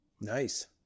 Nice